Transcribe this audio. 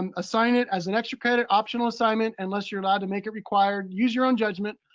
um assign it as an extra credit optional assignment, unless you're allowed to make it required. use your own judgment.